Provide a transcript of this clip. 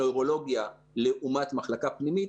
נוירולוגיה לעומת מחלקה פנימית,